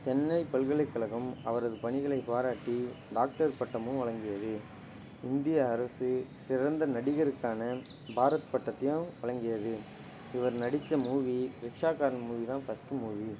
சென்னைப் பல்கலைக்கழகம் அவரது பணிகளைப் பாராட்டி டாக்டர் பட்டமும் வழங்கியது இந்திய அரசு சிறந்த நடிகருக்கான பாரத் பட்டத்தையும் வழங்கியது இவர் நடிச்ச மூவி ரிச்சாக்காரன் மூவிதான் ஃபர்ஸ்ட்டு மூவி